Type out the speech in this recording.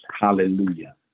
hallelujah